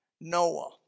Noah